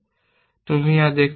তুমি ইহা দেখতে পারো